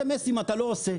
מסרון אם אתה לא עושה,